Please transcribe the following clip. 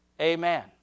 amen